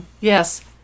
Yes